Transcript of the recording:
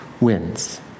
wins